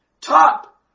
top